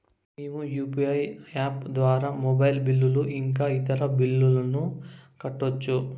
మేము UPI app ద్వారా mobile bill ఇంకా ఇతర బిల్లులను కట్టొచ్చు